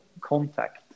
contact